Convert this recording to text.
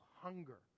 hunger